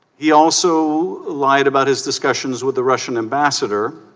he also lied about his discussions with the russian ambassador